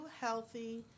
healthy